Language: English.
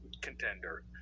contender